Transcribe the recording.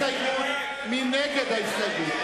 ההסתייגות של קבוצת סיעת מרצ וקבוצת הארבעה לסעיף 13